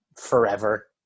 forever